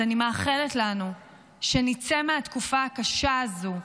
אז אני מאחלת לנו שנצא מהתקופה הקשה הזו,